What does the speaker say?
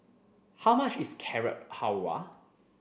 how much is Carrot Halwa